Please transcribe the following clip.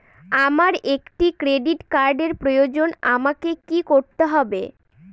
আমার একটি ক্রেডিট কার্ডের প্রয়োজন আমাকে কি করতে হবে?